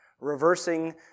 reversing